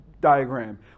diagram